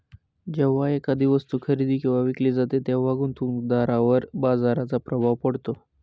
जेव्हा एखादी वस्तू खरेदी किंवा विकली जाते तेव्हा गुंतवणूकदारावर बाजाराचा प्रभाव पडतो